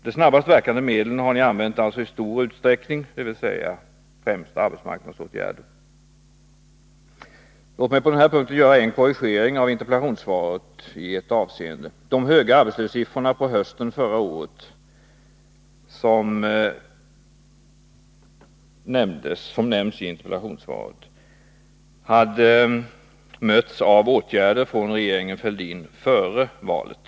De snabbast verkande medlen, dvs. arbetsmarknadsåtgärderna, har ni använt i stor utsträckning. Låt mig på denna punkt göra en korrigering av interpellationssvaret. De höga arbetslöshetssiffror på hösten förra året som nämns i interpellationssvaret hade mötts av åtgärder från regeringen Fälldins sida före valet.